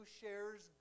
shares